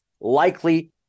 likely